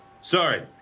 Sorry